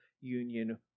union